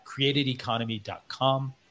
createdeconomy.com